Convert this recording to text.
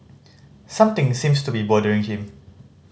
something seems to be bothering him